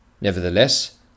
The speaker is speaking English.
Nevertheless